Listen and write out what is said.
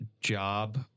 job